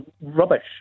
rubbish